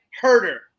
Herder